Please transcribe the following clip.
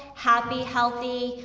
happy, healthy,